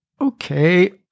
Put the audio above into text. okay